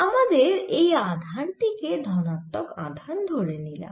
আমাদের এই আধান টি কে ধনাত্মক আধান ধরে নিলাম